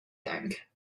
think